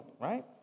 right